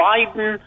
Biden